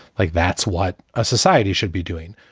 like that's what a society should be doing.